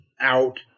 out